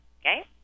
okay